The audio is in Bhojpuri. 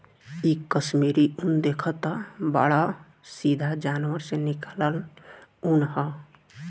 इ कश्मीरी उन देखतऽ बाड़ऽ सीधा जानवर से निकालल ऊँन ह